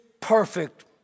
perfect